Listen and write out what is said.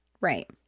Right